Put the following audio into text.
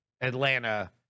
Atlanta